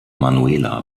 manuela